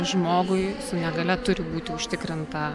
žmogui su negalia turi būti užtikrinta